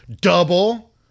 double